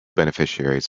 beneficiaries